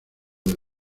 del